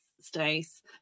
Stace